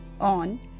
on